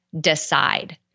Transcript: decide